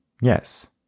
Yes